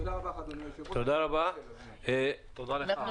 תודה רבה לך, אדוני היושב-ראש.